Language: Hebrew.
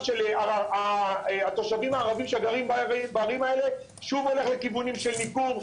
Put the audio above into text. של התושבים הערבים שגרים בערים האלה שוב הולך לכיוונים של ניכור,